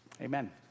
Amen